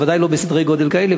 בוודאי לא בסדרי-גודל כאלה.